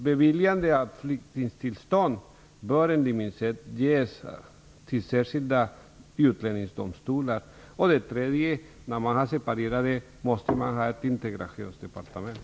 Beviljandet av flyktingtillstånd bör emellertid göras i särskilda utlänningsdomstolar. När dessa frågor har separerats måste man ha ett integrationsdepartement.